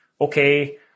okay